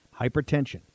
hypertension